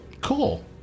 Cool